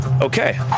Okay